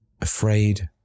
afraid